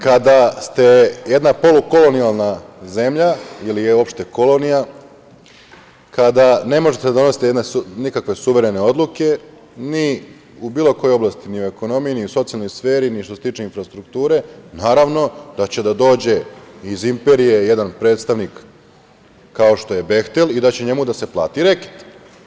Kada ste jedna polukolonijalna zemlja ili uopšte kolonija, kada ne možete da donesete nikakve suverene odluke u bilo kojoj oblasti, ni u ekonomiji, ni u socijalnoj sferi, ni što se tiče infrastrukture, naravno da će da dođe iz imperije jedan predstavnik kao što je „Behtel“ da će njemu da se plati reket.